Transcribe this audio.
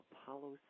Apollo